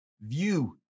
view